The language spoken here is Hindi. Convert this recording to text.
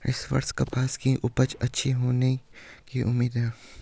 इस वर्ष कपास की उपज अच्छी होने की उम्मीद है